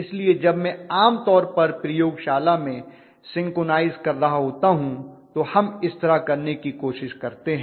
इसलिए जब मैं आम तौर पर प्रयोगशाला में सिंक्रनाइज़ कर रहा होता हूं तो हम इस तरह करने की कोशिश करते हैं